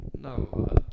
no